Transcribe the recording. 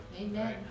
Amen